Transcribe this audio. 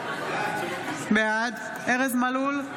בעד ארז מלול,